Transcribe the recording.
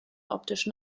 optischen